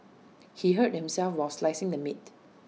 he hurt himself while slicing the meat